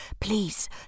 please